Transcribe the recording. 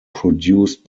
produced